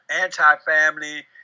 anti-family